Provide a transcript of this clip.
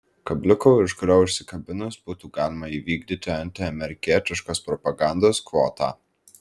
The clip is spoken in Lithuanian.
kabliuko už kurio užsikabinus būtų galima įvykdyti antiamerikietiškos propagandos kvotą